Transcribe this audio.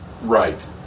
Right